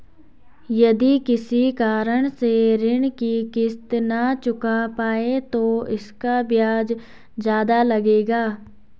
यदि किसी कारण से ऋण की किश्त न चुका पाये तो इसका ब्याज ज़्यादा लगेगा?